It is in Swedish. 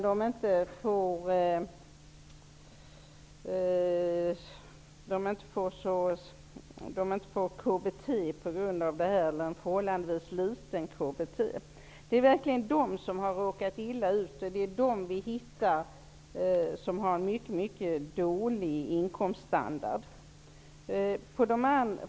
De får inte KBT på grund av denna förmögenhet eller ett förhållandevis litet KBT. Dessa har verkligen råkat illa ut och har en mycket dålig inkomststandard.